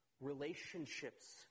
relationships